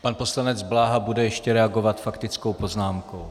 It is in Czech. Pan poslanec Bláha bude ještě reagovat faktickou poznámkou.